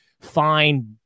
fine